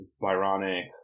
Byronic